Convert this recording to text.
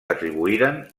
atribuïren